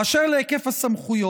באשר להיקף הסמכויות,